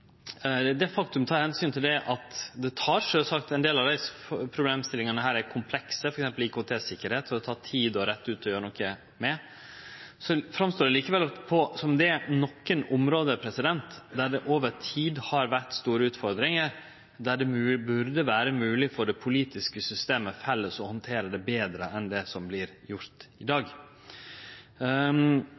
det tek tid å rette opp og gjere noko med. Men det går likevel fram at det er nokre område der det over tid har vore store utfordringar, og der det burde vere mogleg for det politiske systemet i fellesskap å handtere det betre enn det som vert gjort i dag.